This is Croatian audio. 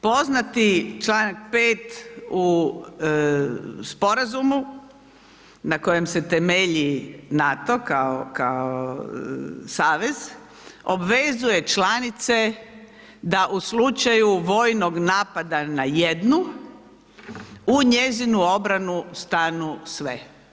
Poznati čl. 5 u sporazumu na kojem se temelji NATO kao savez, obvezuje članice, da u slučaju vojnog napada na jednu, u njezinu obranu stanu sve.